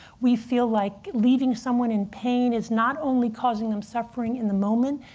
we feel like leaving someone in pain is not only causing them suffering in the moment,